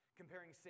comparing